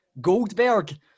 Goldberg